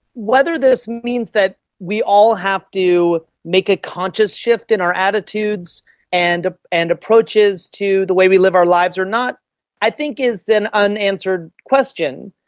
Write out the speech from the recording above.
whether this means that we all have to make a conscious shift in our attitudes and ah and approaches to the way we live our lives or not i think is an unanswered question.